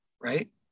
right